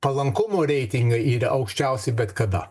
palankumo reitingai yra aukščiausi bet kada